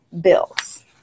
bills